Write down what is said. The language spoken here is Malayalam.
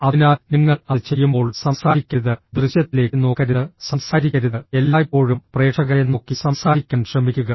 അതിനാൽ നിങ്ങൾ അത് ചെയ്യുമ്പോൾ സംസാരിക്കരുത് ദൃശ്യത്തിലേക്ക് നോക്കരുത് സംസാരിക്കരുത് എല്ലായ്പ്പോഴും പ്രേക്ഷകരെ നോക്കി സംസാരിക്കാൻ ശ്രമിക്കുക